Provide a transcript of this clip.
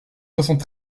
soixante